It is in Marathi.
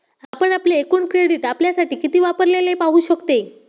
आपण आपले एकूण क्रेडिट आपल्यासाठी किती वापरलेले पाहू शकते